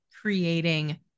creating